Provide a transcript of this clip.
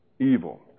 evil